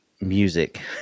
music